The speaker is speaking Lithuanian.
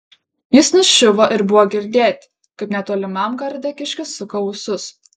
jis nuščiuvo ir buvo girdėti kaip netolimam garde kiškis suka ūsus